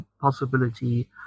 possibility